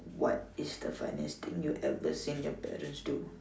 what is the funniest thing you ever seen your parents do